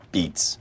Beats